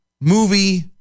movie